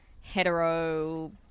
hetero